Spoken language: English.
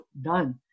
done